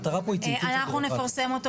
המטרה פה היא צמצום --- אנחנו נפרסם אותו